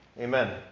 Amen